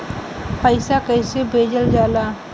पैसा कैसे भेजल जाला?